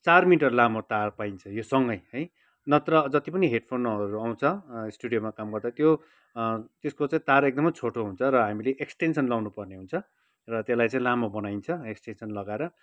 चार मिटर लामो तार पाइन्छ यो सङै है नत्र जति पनि हेडफोनहरू आउँछ स्टुडियोमा काम गर्दा त्यो त्यसको चाहिँ तार एकदमै छोटो हुन्छ र हामीले एक्सटेन्सन लाउनुपर्ने हुन्छ र त्यसलाई चाहिँ लामो बनाइन्छ एक्सटेन्सन लगाएर